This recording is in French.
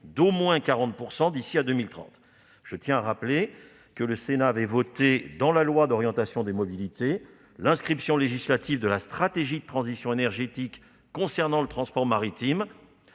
d'au moins 40 % d'ici à 2030. Je tiens à rappeler que le Sénat avait voté, lors de l'examen du projet de loi d'orientation des mobilités, l'inscription législative de la stratégie de transition énergétique concernant le transport maritime-